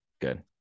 Good